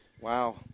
Wow